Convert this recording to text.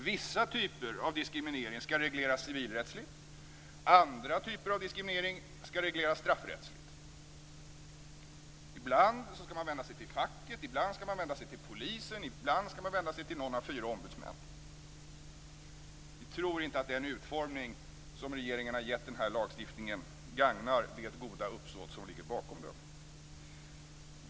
Vissa typer av diskriminering skall regleras civilrättsligt. Andra typer av diskriminering skall regleras straffrättsligt. Ibland skall man vända sig till facket, ibland skall man vända sig till polisen, och ibland skall man vända sig till någon av fyra ombudsmän. Vi tror inte att den utformning som regeringen har gett den här lagstiftningen gagnar det goda uppsåt som ligger bakom den.